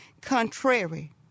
contrary